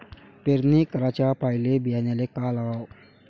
पेरणी कराच्या पयले बियान्याले का लावाव?